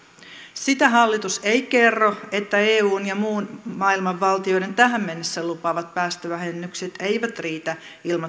sitä hallitus ei kerro että eun ja muun maailman valtioiden tähän mennessä lupaamat päästövähennykset eivät riitä